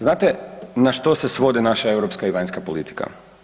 Znate na što se svode naša europska i vanjska politika?